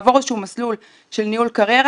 להעריך ואני מוסיף את הנתונים שמגיעים משח"ר,